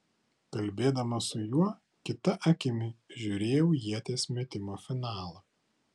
kalbėdama su juo kita akimi žiūrėjau ieties metimo finalą